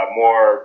more